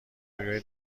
روی